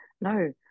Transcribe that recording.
no